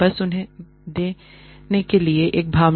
बस उन्हें देने के लिए एक भावना